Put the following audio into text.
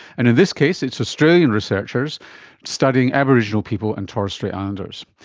and in this case, it's australian researchers studying aboriginal people and torres strait islanders.